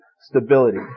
stability